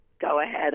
go-ahead